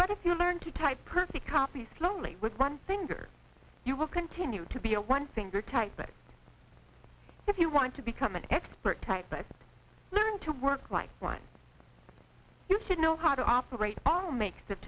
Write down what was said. but if you learn to type perfect copy slowly with one finger you will continue to be a one finger type but if you want to become an expert type but learn to work like one you should know how to operate all make